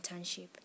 internship